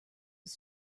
was